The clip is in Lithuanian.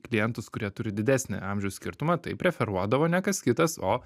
klientus kurie turi didesnį amžiaus skirtumą tikrai preferuodavo ne kas kitas o